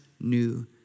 new